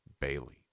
Bailey